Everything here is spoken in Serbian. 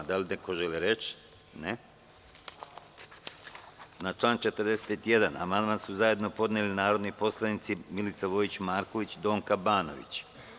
Da li neko želi reč? (Ne) Na član 41. amandman su zajedno podneli narodni poslanici Milica Vojić Marković i Donka Banović.